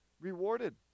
rewarded